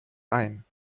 ein